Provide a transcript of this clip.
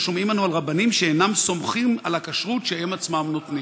ששומעים אנו על רבנים שאינם סומכים על הכשרות שהם עצמם נותנים".